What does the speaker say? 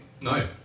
No